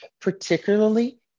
particularly